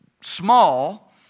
small